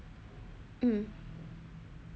mm